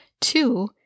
Two